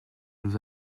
nous